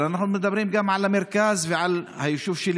אבל אנחנו מדברים גם על המרכז ועל היישוב שלי.